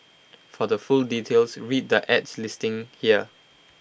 for the full details read the ad's listing here